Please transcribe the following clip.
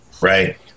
right